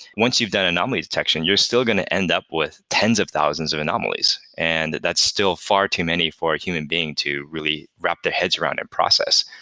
once you've done anomaly detection, you're still going to end up with tens of thousands of anomalies and that's still far too many for a human being to really wrap their heads around and process.